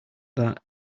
that